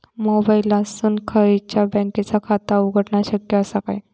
मोबाईलातसून खयच्याई बँकेचा खाता उघडणा शक्य असा काय?